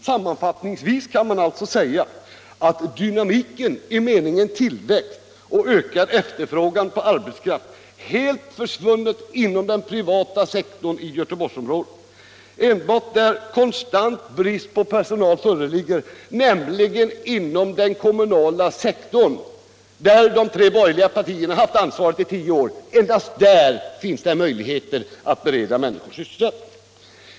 Sammanfattningsvis kan man säga att dynamiken, i meningen tillväxt och ökad efterfrågan på arbetskraft, helt försvunnit inom den privata sektorn i Göteborgsområdet. Enbart där konstant brist på personal föreligger, nämligen inom den kommunala sektorn där de tre bergerliga partierna haft ansvaret i tio år, finns det möjligheter att bereda människor sysselsättning.